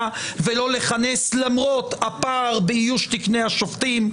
ולא לכנס למרות הפער באיוש תקני השופטים.